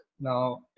now